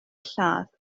lladd